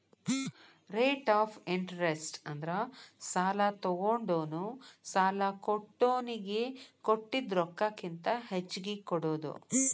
rate of interest ಅಂದ್ರ ಸಾಲಾ ತೊಗೊಂಡೋನು ಸಾಲಾ ಕೊಟ್ಟೋನಿಗಿ ಕೊಟ್ಟಿದ್ ರೊಕ್ಕಕ್ಕಿಂತ ಹೆಚ್ಚಿಗಿ ಕೊಡೋದ್